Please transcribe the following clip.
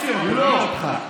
תוציא אותו, נראה אותך.